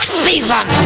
season